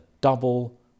double